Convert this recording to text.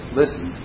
listen